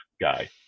guy